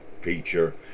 feature